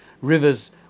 rivers